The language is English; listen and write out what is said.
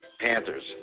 Panthers